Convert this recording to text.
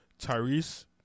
Tyrese